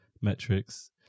Metrics